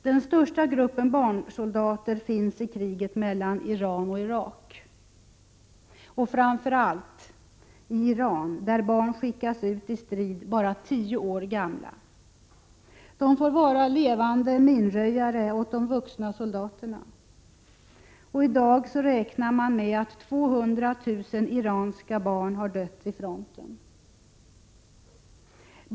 Den största gruppen barnsoldater finns i kriget mellan Iran och Irak — framför allt i Iran, där barn skickas ut i strid bara tio år gamla. De får vara levande minröjare åt de vuxna soldaterna. I dag räknar man med att 200 000 iranska barn har dött vid fronten.